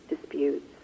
disputes